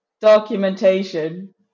Documentation